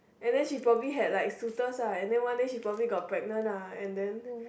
and then she probably had like suitors ah and then one day she probably got pregnant ah and then